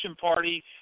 party